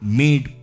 made